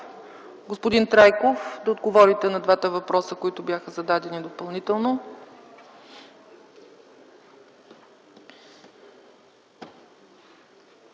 Господин Трайков да отговорите на двата въпроса, които бяха зададени допълнително.